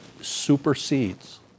supersedes